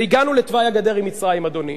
והגענו לתוואי הגדר עם מצרים, אדוני.